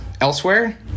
elsewhere